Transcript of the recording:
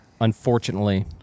Unfortunately